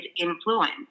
influence